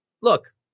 look